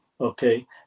Okay